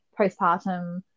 postpartum